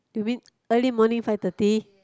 you mean early morning five thirty